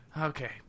Okay